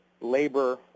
labor